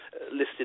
listed